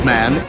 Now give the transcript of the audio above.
Man